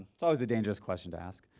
it's always a dangerous question to ask,